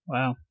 Wow